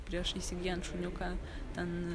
prieš įsigyjant šuniuką ten